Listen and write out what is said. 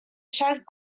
shed